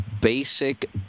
basic